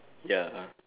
ya ah